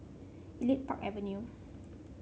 Elite Park Avenue